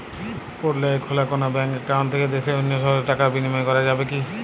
পুরুলিয়ায় খোলা কোনো ব্যাঙ্ক অ্যাকাউন্ট থেকে দেশের অন্য শহরে টাকার বিনিময় করা যাবে কি?